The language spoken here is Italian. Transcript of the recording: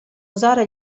usare